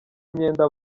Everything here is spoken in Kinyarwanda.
imyenda